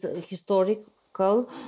historical